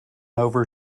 over